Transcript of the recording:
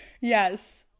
Yes